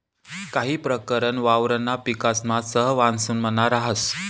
काही प्रकरण वावरणा पिकासाना सहवांसमा राहस